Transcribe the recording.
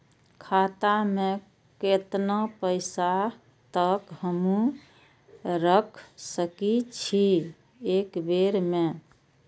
खाता में केतना पैसा तक हमू रख सकी छी एक बेर में?